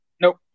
Nope